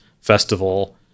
festival